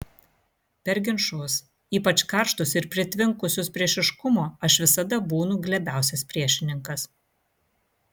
per ginčus ypač karštus ir pritvinkusius priešiškumo aš visada būnu glebiausias priešininkas